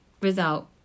Result